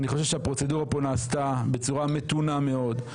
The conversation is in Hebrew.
אני חושב שהפרוצדורה פה נעשתה בצורה מתונה מאוד,